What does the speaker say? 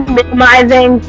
minimizing